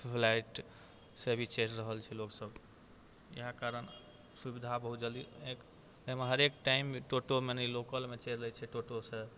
फ्लाइटसँ भी चढ़ि रहल छै लोकसब इएह कारण सुविधा बहुत जल्दी एहिमे हरेक टाइममे टोटो मने लोकलमे चलै छै टोटोसँ